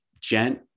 gent